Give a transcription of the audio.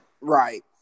Right